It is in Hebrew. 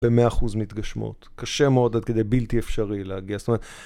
במאה אחוז מתגשמות. קשה מאוד עד כדי בלתי אפשרי להגיע זאת אומרת..